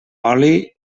oli